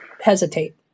hesitate